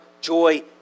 joy